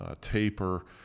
taper